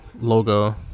logo